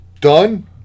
done